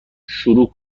شروع